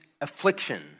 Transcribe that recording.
affliction